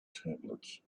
tablet